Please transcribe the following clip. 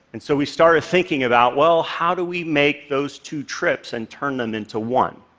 and so we started thinking about, well, how do we make those two trips and turn them into one.